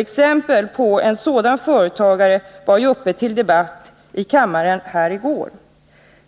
Exempel på en sådan företagare fördes fram i en debatt här i kammaren i går.